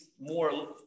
more